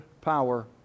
power